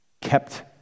kept